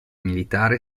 militare